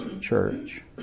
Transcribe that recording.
church